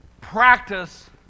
practice